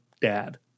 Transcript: dad